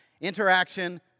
interaction